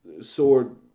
sword